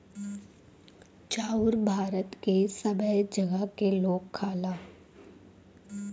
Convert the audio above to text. चाउर भारत के सबै जगह क लोग खाला